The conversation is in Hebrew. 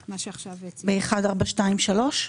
מ-1, 4, 2, 3?